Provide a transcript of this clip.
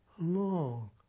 long